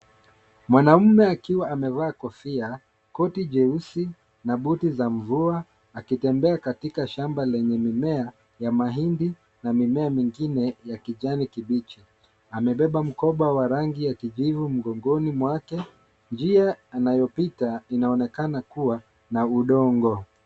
Mwanaume akiwa amevaa kofia, koti jeusi na buti za mvua, akitembea katika shamba lenye mimea ya mahindi na mimea mingine ya kijani kibichi, amebeba mkoba wa rangi ya kijivu mgongoni mwake, njia anayopita inaonekana kuwa na udongo.